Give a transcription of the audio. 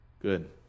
Good